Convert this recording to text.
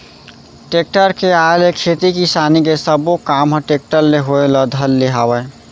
tractor के आए ले खेती किसानी के सबो काम ह टेक्टरे ले होय ल धर ले हवय